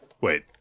Wait